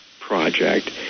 Project